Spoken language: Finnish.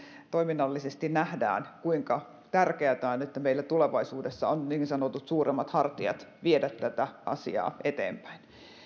toiminnallisesti nähdään kuinka tärkeätä on että meillä tulevaisuudessa on niin sanotut suuremmat hartiat viedä tätä asiaa eteenpäin